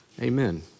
Amen